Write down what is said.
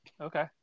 Okay